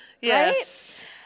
Yes